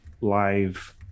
live